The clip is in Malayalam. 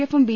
എഫും ബി